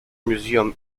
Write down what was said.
museum